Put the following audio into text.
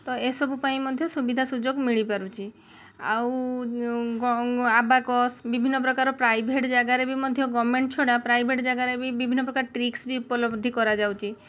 ତ ଏସବୁ ପାଇଁ ମଧ୍ୟ ସୁବିଧା ସୁଯୋଗ ମିଳିପାରୁଛି ଆଉ ଆବାକସ୍ ବିଭିନ୍ନପ୍ରକାର ପ୍ରାଇଭେଟ୍ ଜାଗାରେ ବି ମଧ୍ୟ ଗଭର୍ନମେଣ୍ଟ ଛଡ଼ା ପ୍ରାଇଭେଟ୍ ଜାଗରେ ବି ବିଭିନ୍ନପ୍ରକାର ଟ୍ରିକ୍ସ ବି ଉପଲବ୍ଧି କରାଯାଉଛି